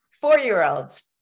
four-year-olds